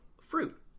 fruit